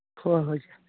ꯍꯣꯏ ꯍꯣꯏ ꯏꯆꯦ